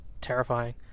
terrifying